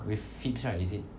with phips~ right is it